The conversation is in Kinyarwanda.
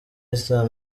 islam